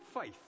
faith